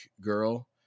girl